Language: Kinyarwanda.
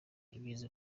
ibyiza